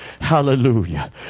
Hallelujah